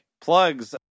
plugs